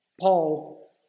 Paul